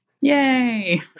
Yay